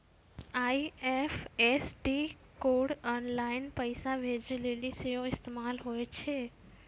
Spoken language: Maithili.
आई.एफ.एस.सी कोड आनलाइन पैसा भेजै लेली सेहो इस्तेमाल होय छै